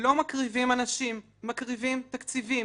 לא מקריבים אנשים, מקריבים תקציבים.